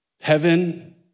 Heaven